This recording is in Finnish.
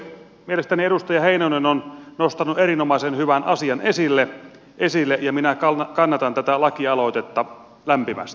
mielestäni edustaja heinonen on nostanut erinomaisen hyvän asian esille ja minä kannatan tätä lakialoitetta lämpimästi